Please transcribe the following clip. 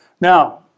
Now